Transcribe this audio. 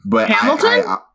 Hamilton